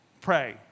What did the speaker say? Pray